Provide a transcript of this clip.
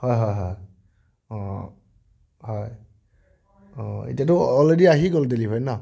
হয় হয় হয় হয় এতিয়াতো অলৰেডি আহি গ'ল ডেলিভাৰী ন'